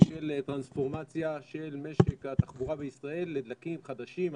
של טרנספורמציה של משק התחבורה בישראל לדלקים חדשים,